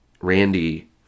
Randy